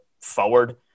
forward